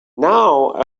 now